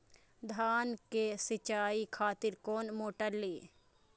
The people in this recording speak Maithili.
धान के सीचाई खातिर कोन मोटर ली?